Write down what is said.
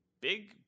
big